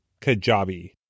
Kajabi